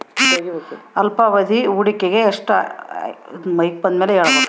ಅಲ್ಪಾವಧಿ ಹೂಡಿಕೆಗೆ ಎಷ್ಟು ಆಯ್ಕೆ ಇದಾವೇ?